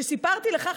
וכשסיפרתי לך,